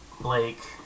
Blake